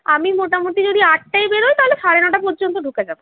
আমি মোটামোটি যদি আটটায় বেরোই তাহলে সাড়ে নটা পর্যন্ত ঢুকে যাবো